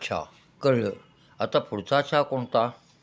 अच्छा कळलं आता पुढचा चहा कोणता